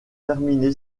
terminé